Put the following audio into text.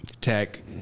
tech